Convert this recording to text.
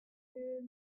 monsieur